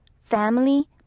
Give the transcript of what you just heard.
family